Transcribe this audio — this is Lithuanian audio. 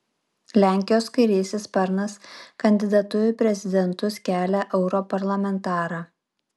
lenkijos kairysis sparnas kandidatu į prezidentus kelia europarlamentarą